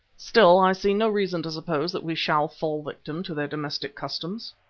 still, i see no reason to suppose that we shall fall victims to their domestic customs.